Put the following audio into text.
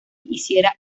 hiciera